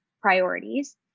priorities